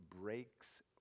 breaks